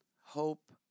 Hope